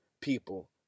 people